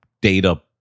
data